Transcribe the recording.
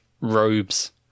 robes